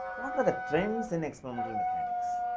what are the trends in experimental mechanics.